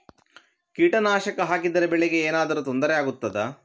ಕೀಟನಾಶಕ ಹಾಕಿದರೆ ಬೆಳೆಗೆ ಏನಾದರೂ ತೊಂದರೆ ಆಗುತ್ತದಾ?